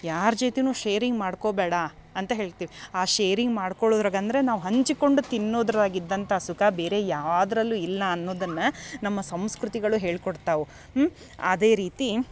ಯಾರು ಜೊತೆನು ಶೇರಿಂಗ್ ಮಾಡ್ಕೊಬ್ಯಾಡ ಅಂತ ಹೇಳ್ತೀವಿ ಆ ಶೇರಿಂಗ್ ಮಾಡ್ಕೊಳೋದ್ರಗಂದ್ರ ನಾವು ಹಂಚಿಕೊಂಡು ತಿನ್ನೋದರಾಗಿದ್ದಂಥಾ ಸುಖ ಬೇರೆ ಯಾವ್ದರಲ್ಲೂ ಇಲ್ಲ ಅನ್ನುದನ್ನ ನಮ್ಮ ಸಂಸ್ಕೃತಿಗಳು ಹೇಳ್ಕೊಡ್ತವು ಅದೇ ರೀತಿ